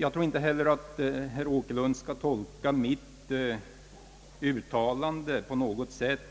Jag tror emellertid inte att herr Åkerlund skall tolka mitt uttalande